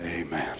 Amen